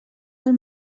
del